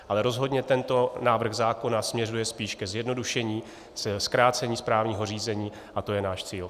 Ale rozhodně tento návrh zákona směřuje spíš ke zjednodušení, ke zkrácení správního řízení, a to je náš cíl.